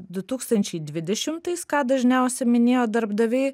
du tūkstančiai dvidešimtais ką dažniausiai minėjo darbdaviai